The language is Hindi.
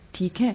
ठीक है